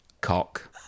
Cock